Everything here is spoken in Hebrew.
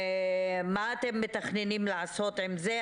מה אתם מתכננים לעשות עם זה?